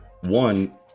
one